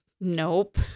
nope